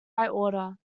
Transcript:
order